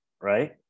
right